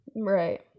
right